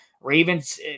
Ravens